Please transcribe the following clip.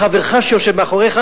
לחברך שיושב מאחוריך,